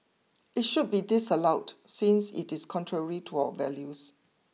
it should be disallowed since it is contrary to our values